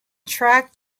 track